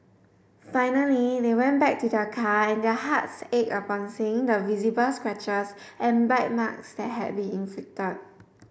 finally they went back to their car and their hearts ached upon seeing the visible scratches and bite marks that had been inflicted